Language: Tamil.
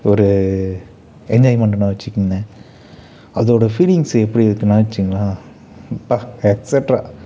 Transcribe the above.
ஒரு என்ஜாய்மண்ட்னு வச்சுக்கோங்களேன் அதோட ஃபீலிங்ஸ்ஸு எப்படி இருக்குன்னா வச்சுக்குங்களேன் அப்பா எக்ஸ்ட்ரா